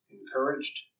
encouraged